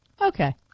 okay